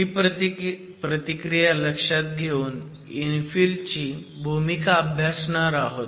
ही प्रतिक्रिया लक्षात घेऊन इन्फिल ची भूमिका अभ्यासणार आहोत